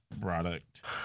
product